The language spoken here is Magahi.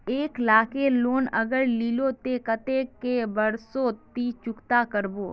एक लाख केर लोन अगर लिलो ते कतेक कै बरश सोत ती चुकता करबो?